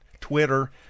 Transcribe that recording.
Twitter